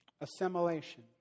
Assimilation